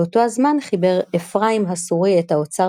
באותו הזמן חיבר אפרים הסורי את האוצר